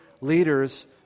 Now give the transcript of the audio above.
leaders